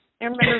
remember